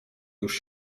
już